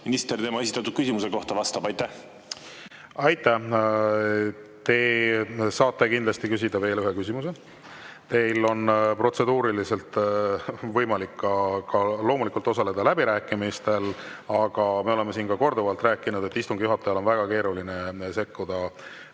minister tema esitatud küsimuse kohta vastab. Aitäh! Te saate kindlasti küsida veel ühe küsimuse. Loomulikult on teil protseduuriliselt võimalik ka osaleda läbirääkimistel. Me oleme siin korduvalt rääkinud, et istungi juhatajal on väga keeruline sekkuda